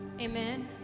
Amen